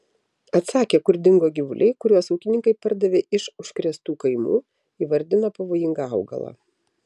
atsakė kur dingo gyvuliai kuriuos ūkininkai pardavė iš užkrėstų kaimų įvardino pavojingą augalą